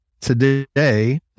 today